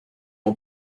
ont